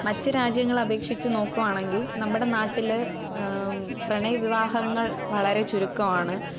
മറ്റ് രാജ്യങ്ങളെ അപേക്ഷിച്ച് നോക്കുകയാണെങ്കില് നമ്മുടെ നാട്ടില് പ്രണയ വിവാഹങ്ങൾ വളരെ ചുരുക്കമാണ്